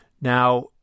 Now